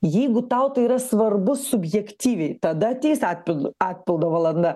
jeigu tau tai yra svarbu subjektyviai tada ateis atpildo atpildo valanda